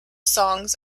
songs